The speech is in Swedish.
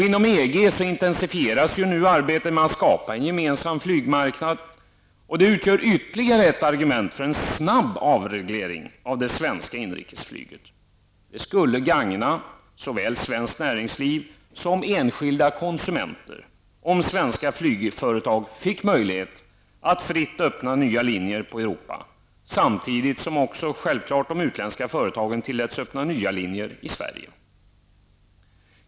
Inom EG intensifieras arbetet med att skapa en gemensam flygmarknad. Detta utgör ytterligare ett argument för en snabb avreglering av det svenska inrikesflyget. Det skulle gagna såväl svenskt näringsliv som enskilda konsumenter om svenska flygföretag fick möjlighet att fritt öppna nya linjer på Europa, samtidigt som de utländska företagen självklart tilläts öppna nya linjer i Sverige.